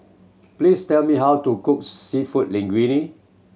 please tell me how to cook Seafood Linguine